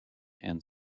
and